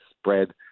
spread